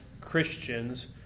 Christians